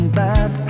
bad